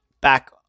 back